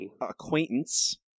acquaintance